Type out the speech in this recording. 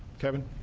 kevin